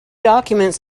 documents